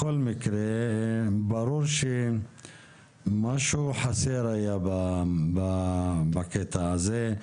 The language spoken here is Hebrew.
בכל מקרה ברור שהיה משהו חסר בקטע הזה.